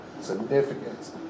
significance